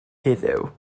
heddiw